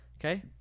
Okay